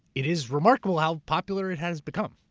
it is remarkable how popular it has become.